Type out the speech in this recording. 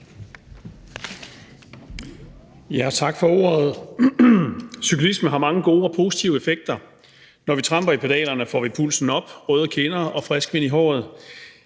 (S): Tak for ordet. Cyklisme har mange gode og positive effekter. Når vi tramper i pedalerne, får vi pulsen op, røde kinder og frisk vind i håret.